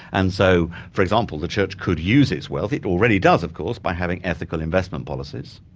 and so, for example, the church could use its wealth. it already does, of course, by having ethical investment policies.